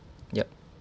yup